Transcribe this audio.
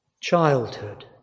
childhood